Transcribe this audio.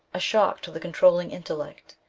a shock to the controlling intellect,